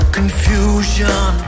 Confusion